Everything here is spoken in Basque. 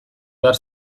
behar